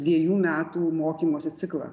dviejų metų mokymosi ciklą